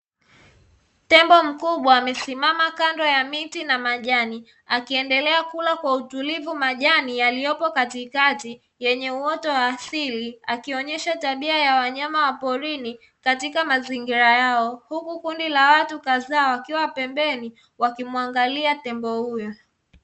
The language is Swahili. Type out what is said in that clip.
Tembo mkubwa amesimama kando ya miti na majani, akiendelea kula kwa utulivu majani yaliyopo katikati yenye uoto wa asili akionyesha tabia ya wanyama wa porini katika mazingira yao, huku kundi la watu kadhaa wakiwa pembeni wakimwangalia tembo huyo.